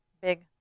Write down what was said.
big